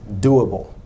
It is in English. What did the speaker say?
doable